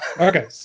Okay